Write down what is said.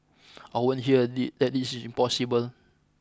I won't hear the that this is impossible